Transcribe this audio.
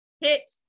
hit